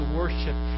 worship